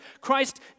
Christ